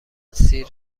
سیر